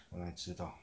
我哪里知道